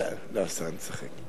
לא, סתם אני צוחק.